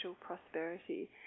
prosperity